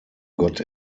got